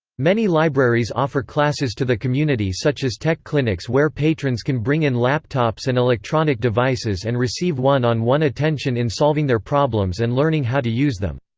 many libraries offer classes to the community such as tech clinics where patrons can bring in laptops and electronic devices and receive one on one attention in solving their problems and learning how to use them.